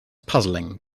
puzzling